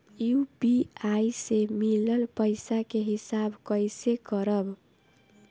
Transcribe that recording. UPI से मिलल पईसा के हिसाब कइसे करब?